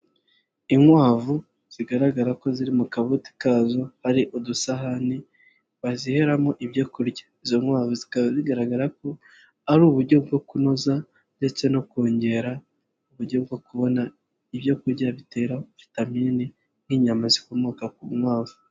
Inkwavu zigaragara ko ziri mu kabuti kazo, hari udusahani baziheramo ibyo kurya. Izo bikaba bigaragara ko ari uburyo bwo kunoza ndetse no kongera uburyo bwo kubona ibyo kurya bitera vitamine nk'inyama zikomoka ku nkwavu.